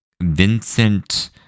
Vincent